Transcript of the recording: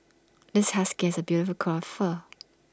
this husky is A beautiful coat of fur